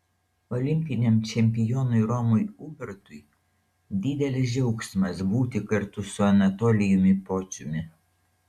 olimpiniam čempionui romui ubartui didelis džiaugsmas būti kartu su anatolijumi pociumi